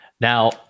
Now